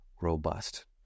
robust